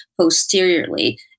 posteriorly